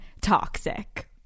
toxic